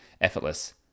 Effortless